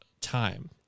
time